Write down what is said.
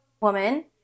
woman